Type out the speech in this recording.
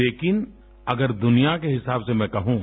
लेकिन अगर दूनिया के हिसाब से मैं कहूं